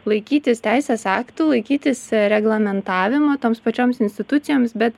laikytis teisės aktų laikytis reglamentavimo toms pačioms institucijoms bet